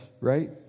right